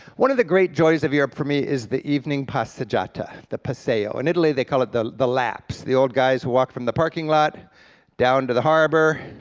one of the great joys of europe, for me, is the evening passagatta, the paseo. in and italy they call it the the laps. the old guys walk from the parking lot down to the harbor,